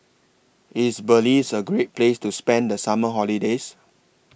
IS Belize A Great Place to spend The Summer holidays